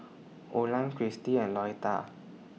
Olan Kristie and Lolita